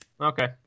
Okay